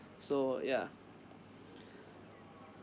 so ya